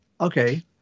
okay